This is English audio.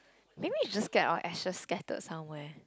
maybe we should just get our ashes scattered somewhere